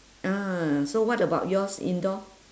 ah so what about yours indoor